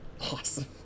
Awesome